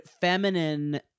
feminine